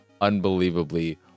unbelievably